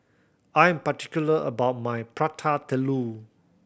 I'm particular about my Prata Telur